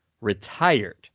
retired